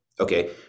Okay